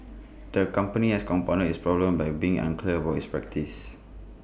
the company has compounded its problems by being unclear about its practices